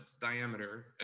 diameter